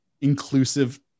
inclusive